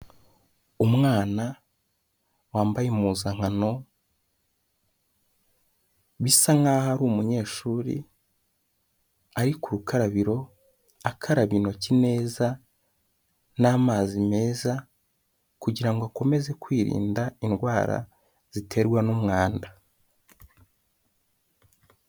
Umwana wambaye impuzankano bisa nkaho ari umunyeshuri ari ku rukarabiro, akaraba intoki neza n'amazi meza kugira ngo akomeze kwirinda indwara ziterwa n'umwanda.